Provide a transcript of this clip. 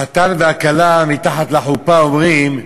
החתן והכלה מתחת לחופה אומרים: